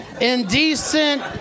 Indecent